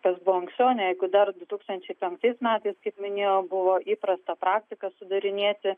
kas buvo anksčiau ne jeigu dar du tūkstančiai penktais metais kaip minėjau buvo įprasta praktika sudarinėti